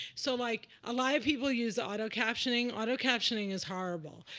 so like a lot of people use auto-captioning. auto-captioning is horrible.